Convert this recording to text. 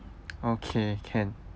okay can